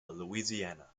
louisiana